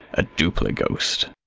a duplighost.